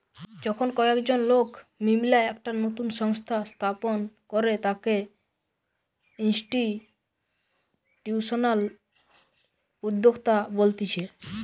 যখন কয়েকজন লোক মিললা একটা নতুন সংস্থা স্থাপন করে তাকে ইনস্টিটিউশনাল উদ্যোক্তা বলতিছে